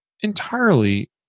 entirely